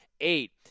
eight